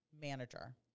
manager